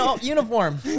uniform